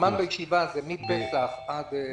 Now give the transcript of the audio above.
"זמן" בישיבה זה מפסח ועד...